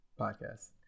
podcast